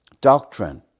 doctrine